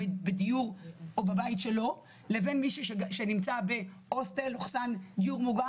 בדיור או בבית שלו לבין מי שנמצא בהוסטל/דיור מוגן.